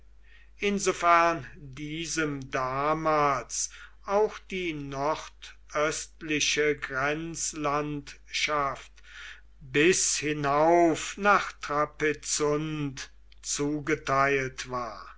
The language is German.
insofern diesem damals auch die nordöstliche grenzlandschaft bis hinauf nach trapezunt zugeteilt war